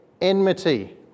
enmity